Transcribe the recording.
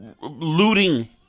looting